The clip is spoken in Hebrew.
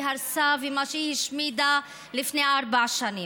הרסה ומה שהיא השמידה לפני ארבע שנים,